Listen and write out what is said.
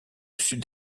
sud